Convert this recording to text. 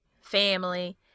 family